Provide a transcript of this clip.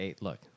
look